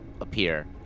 appear